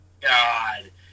God